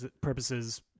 purposes